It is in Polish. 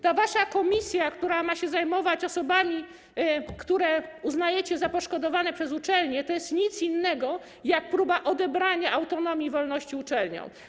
Ta wasza komisja, która ma się zajmować osobami, które uznajecie za poszkodowane przez uczelnie, to nie jest nic innego jak próba odebrania autonomii i wolności uczelniom.